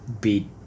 beat